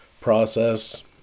process